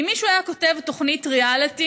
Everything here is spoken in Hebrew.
אם מישהו היה כותב תוכנית ריאליטי